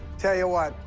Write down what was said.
tell you what,